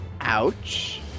Ouch